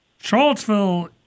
Charlottesville –